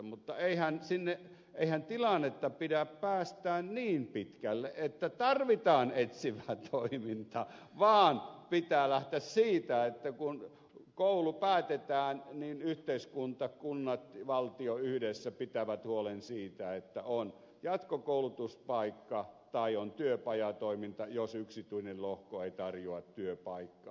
mutta eihän tilannetta pidä päästää niin pitkälle että tarvitaan etsivää toimintaa vaan pitää lähteä siitä että kun koulu päätetään niin yhteiskunta kunnat valtio yhdessä pitävät huolen siitä että on jatkokoulutuspaikka tai on työpajatoiminta jos yksityinen lohko ei tarjoa työpaikkaa